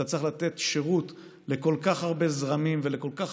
כשאתה צריך לתת שירות לכל כך הרבה זרמים ולכל כך